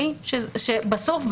בסוף,